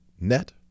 net